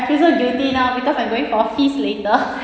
feel so guilty now because I'm going for feast later